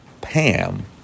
Pam